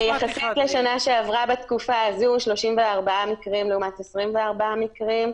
יחסית לשנה שעברה בתקופה הזו 34 מקרים לעומת 24 מקרים.